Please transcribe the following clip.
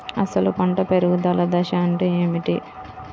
అసలు పంట పెరుగుదల దశ అంటే ఏమిటి?